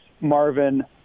Marvin